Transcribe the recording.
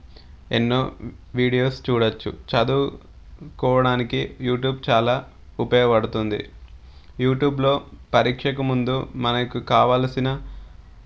ఎన్నో వీడియోస్ చూడొచ్చు చదువుకోడానికి యూట్యూబ్ చాలా ఉపయోగపడుతుంది యూట్యూబ్లో పరీక్షకు ముందు మనకు కావాల్సిన